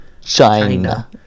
China